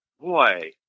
boy